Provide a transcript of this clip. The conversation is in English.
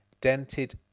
dented